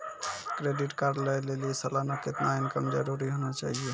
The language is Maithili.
क्रेडिट कार्ड लय लेली सालाना कितना इनकम जरूरी होना चहियों?